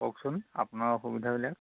কওকচোন আপোনাৰ অসুবিধাবিলাক